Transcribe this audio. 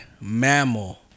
mammal